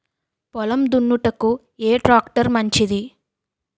పొలం దున్నుటకు ఏ ట్రాక్టర్ మంచిది?